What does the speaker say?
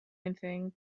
anything